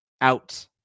Out